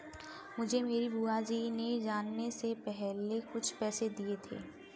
मुझे मेरी बुआ जी ने जाने से पहले कुछ पैसे दिए थे